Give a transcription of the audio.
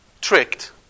tricked